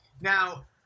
now